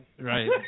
Right